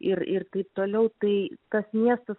ir ir taip toliau tai tas miestas